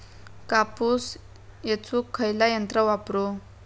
कापूस येचुक खयला यंत्र वापरू?